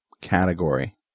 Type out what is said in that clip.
category